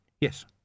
yes